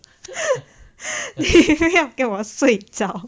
你不要给我睡着